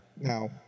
Now